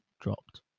dropped